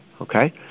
okay